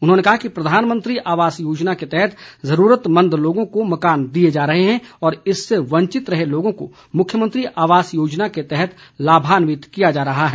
उन्होंने कहा कि प्रधानमंत्री आवास योजना के तहत ज़रूरतमंद लोगों को मकान दिए जा रहे हैं और इससे वंचित रहे लोगों को मुख्यमंत्री आवास योजना के तहत लाभान्वित किया जा रहा है